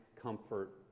comfort